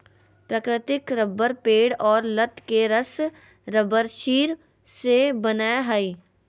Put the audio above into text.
प्राकृतिक रबर पेड़ और लत के रस रबरक्षीर से बनय हइ